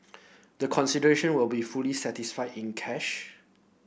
the consideration will be fully satisfied in cash